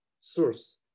source